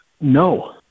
No